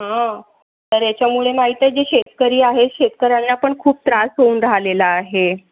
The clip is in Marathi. तर याच्यामुळे माहीत आहे जे शेतकरी आहे शेतकऱ्यांना पण खूप त्रास होऊन राहिलेला आहे